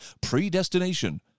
predestination